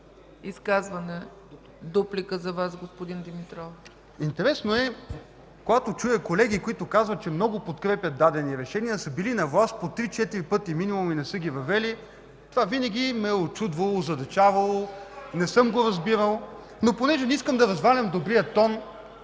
за дуплика. МАРТИН ДИМИТРОВ (РБ): Интересно е, когато чуя колеги, които казват, че много подкрепят дадени решения, а са били на власт по три-четири пъти минимум и не са ги въвели – това винаги ме е учудвало, озадачавало, не съм го разбирал. Понеже не искам да развалям добрия тон